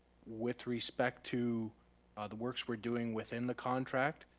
with respect to the works we're doing within the contract,